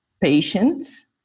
patients